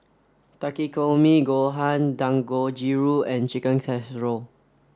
Takikomi Gohan Dangojiru and Chicken Casserole